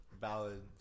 ballad